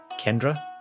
Kendra